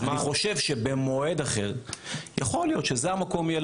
אני חושב שבמועד אחר יכול להיות שזה המקום יהיה